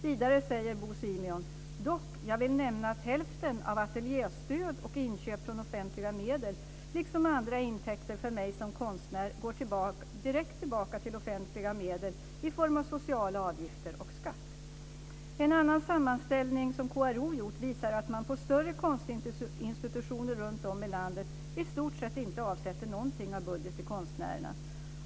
Vidare säger Bo Simeon: "Dock; jag vill nämna att hälften av ateljestöd och inköp från offentliga medel, liksom andra intäkter för mig som konstnär, går direkt tillbaka till offentliga medel, i form av sociala avgifter och skatt." En annan sammanställning som KRO gjort visar att man på större konstinstitutioner runtom i landet i stort sett inte avsätter någonting av budgeten till konstnärerna.